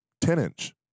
10-inch